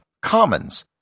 Commons